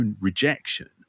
rejection